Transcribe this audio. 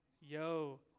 Yo